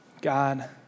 God